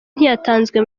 ntiyatanzwe